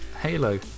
Halo